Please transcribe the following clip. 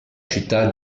città